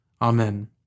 Amen